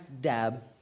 dab